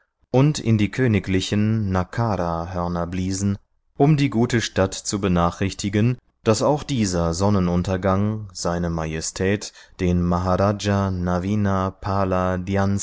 und in die königlichen nakrah hörner bliesen um die gute stadt zu benachrichtigen daß auch dieser sonnenuntergang seine majestät den maharaja navina pala